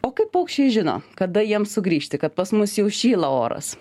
o kai paukščiai žino kada jiems sugrįžti kad pas mus jau šyla oras